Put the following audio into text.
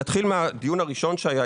נתחיל מהדיון הראשון שהיה,